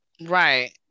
Right